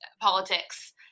politics